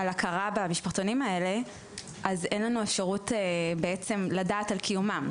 על הכרה במשפחתונים האלה בעצם אין לנו אפשרות לדעת על קיומם,